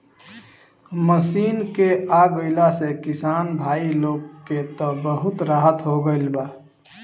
machine के आ गईला से किसान भाई लोग के त बहुत राहत हो गईल बा